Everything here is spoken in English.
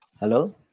Hello